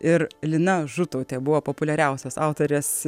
ir lina žutautė buvo populiariausios autorės